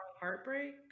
Heartbreak